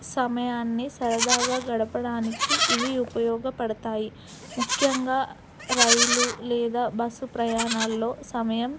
సమయాన్ని సరదాగా గడపడానికి ఇవి ఉపయోగపడతాయి ముఖ్యంగా రైలు లేదా బస్సు ప్రయాణాల్లో సమయం